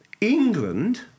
England